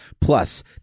Plus